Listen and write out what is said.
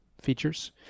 features